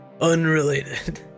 unrelated